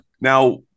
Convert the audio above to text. now